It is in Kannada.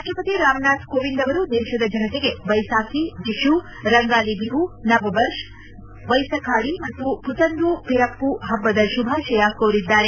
ರಾಷ್ಟಪತಿ ರಾಮನಾಥ್ ಕೋವಿಂದ್ ಅವರು ದೇಶದ ಜನತೆಗೆ ಬೈಸಾಕಿ ವಿಶು ರಂಗಾಲಿ ಬಿಹು ನಬ ಬರ್ಷ ವೈಸಖಾಡಿ ಮತ್ತು ಪುತಂದು ಪಿರಪ್ಪು ಹಬ್ಬದ ಶುಭಾಶಯ ಕೋರಿದ್ದಾರೆ